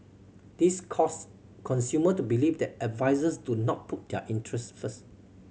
this caused consumer to believe that advisers do not put their interest first